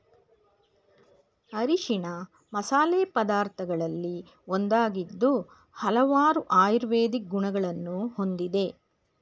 ಅರಿಶಿಣ ಮಸಾಲೆ ಪದಾರ್ಥಗಳಲ್ಲಿ ಒಂದಾಗಿದ್ದು ಹಲವಾರು ಆಯುರ್ವೇದಿಕ್ ಗುಣಗಳನ್ನು ಹೊಂದಿದೆ